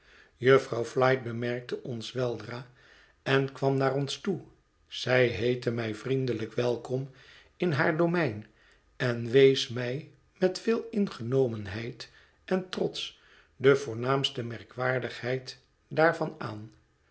jufvrouw flite bemerkte ons weldra en kwam naar ons toe zij heette mij vriendelijk welkom in haar domein en wees mij met veel ingenomenheid en trots de voornaamste merkwaardigheid daarvan aan